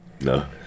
No